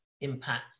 impact